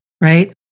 right